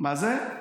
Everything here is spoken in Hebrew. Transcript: אנחנו